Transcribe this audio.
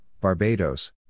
Barbados